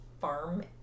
farm